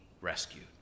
rescued